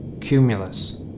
Cumulus